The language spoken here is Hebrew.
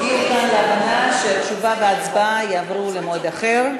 להבנה שהתשובה וההצבעה יעברו למועד אחר,